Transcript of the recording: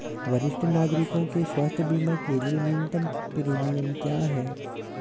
वरिष्ठ नागरिकों के स्वास्थ्य बीमा के लिए न्यूनतम प्रीमियम क्या है?